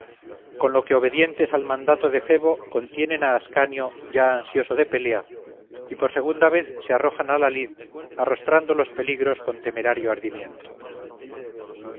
con lo que obedientes al mandato de febo contienen a ascanio ya ansioso de pelea y por segunda vez se arrojan a la lid arrostrando los peligros con temerario